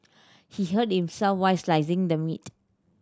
he hurt himself while slicing the meat